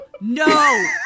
no